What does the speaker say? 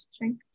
drink